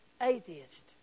atheist